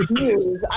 news